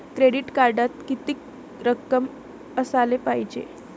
Credit कार्डात कितीक रक्कम असाले पायजे?